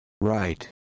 Right